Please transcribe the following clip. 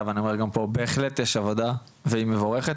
ואני אומר גם פה בהחלט יש עבודה והיא מבורכת,